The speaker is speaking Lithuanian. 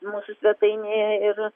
mūsų svetainėje ir